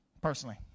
Personally